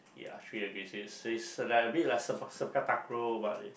ya a bit like but